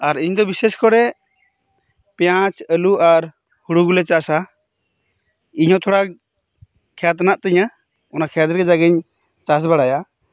ᱟᱨ ᱤᱧᱫᱚ ᱵᱤᱥᱮᱥᱠᱚᱨᱮ ᱯᱮᱸᱭᱟᱡ ᱟᱹᱞᱩ ᱟᱨ ᱦᱩᱲᱩ ᱜᱮᱞᱮ ᱪᱟᱥᱟ ᱤᱧᱦᱚᱸ ᱛᱷᱚᱲᱟ ᱠᱷᱮᱛ ᱦᱮᱱᱟᱜ ᱛᱤᱧᱟᱹ ᱚᱱᱟ ᱠᱷᱮᱛᱨᱮᱜᱮ ᱡᱟᱜᱤᱧ ᱪᱟᱥᱵᱟᱲᱟᱭᱟ